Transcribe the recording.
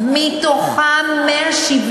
בלי תמיכת המשרד.